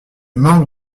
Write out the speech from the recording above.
manque